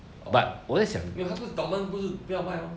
oh 没有他不是 dorman 不是不要卖 lor